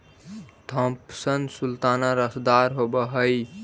Thompson sultana रसदार होब हई